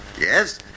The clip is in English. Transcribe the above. Yes